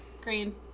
Green